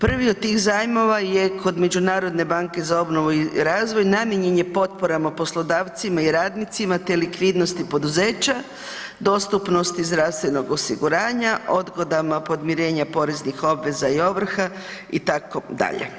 Prvi od tih zajmova je kod Međunarodne banke za obnovu i razvoj namijenjen je potporama poslodavcima i radnicima te likvidnosti poduzeća, dostupnosti zdravstvenog osiguranja, odgodama podmirenja poreznih obveza i ovrha itd.